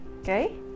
okay